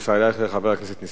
חבר הכנסת נסים זאב, בבקשה.